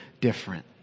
different